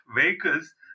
vehicles